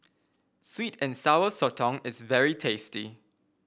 sweet and Sour Sotong is very tasty